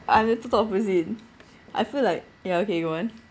I'm too opposite I feel like ya okay go on